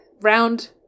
Round